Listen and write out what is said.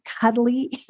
cuddly